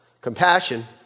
Compassion